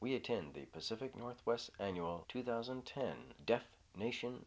we attend the pacific northwest annual two thousand and ten nation